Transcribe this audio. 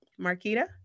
Marquita